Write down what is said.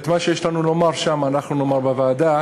את מה שיש לומר שם, אנחנו נאמר בוועדה.